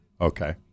Okay